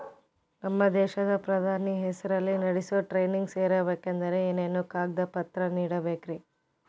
ನಮ್ಮ ದೇಶದ ಪ್ರಧಾನಿ ಹೆಸರಲ್ಲಿ ನಡೆಸೋ ಟ್ರೈನಿಂಗ್ ಸೇರಬೇಕಂದರೆ ಏನೇನು ಕಾಗದ ಪತ್ರ ನೇಡಬೇಕ್ರಿ?